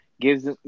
gives